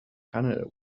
canada